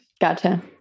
Gotcha